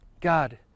God